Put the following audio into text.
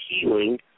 healing